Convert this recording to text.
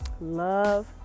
love